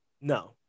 No